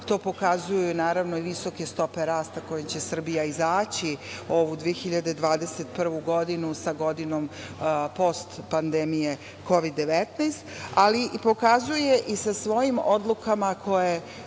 To pokazuju i visoke stope rasta sa kojima će Srbija izaći ovu 2021. godinu sa godinom postpandemije Kovid 19, ali pokazuje i sa svojim odlukama koje